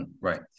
Right